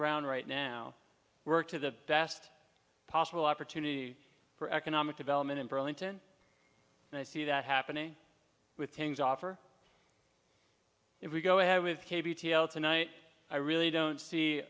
ground right now work to the best possible opportunity for economic development in burlington and i see that happening with things offer if we go ahead with k b t l tonight i really don't see